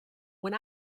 when